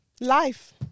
life